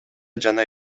жана